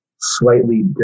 slightly